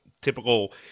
typical